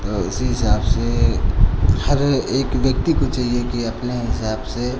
और उसी हिसाब से हर एक व्यक्ति को चाहिए कि अपने हिसाब से